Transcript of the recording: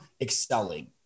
excelling